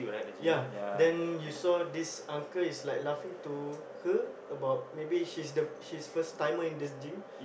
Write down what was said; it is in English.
ya then you saw this uncle is like laughing to her about maybe she's the she's first timer in the gym